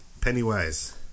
Pennywise